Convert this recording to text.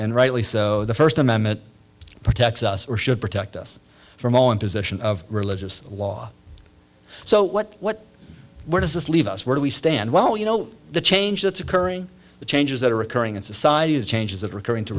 and rightly so the first amendment protects us or should protect us from all in position of religious law so what what where does this leave us where do we stand well you know the change that's occurring the changes that are occurring in society the changes that are occurring to